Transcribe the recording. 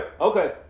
Okay